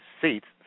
seats